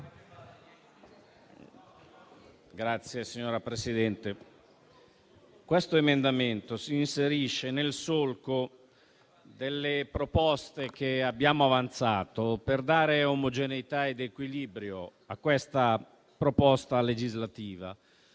Signora Presidente, questo emendamento si inserisce nel solco delle proposte che abbiamo avanzato per dare omogeneità ed equilibrio a questa proposta legislativa,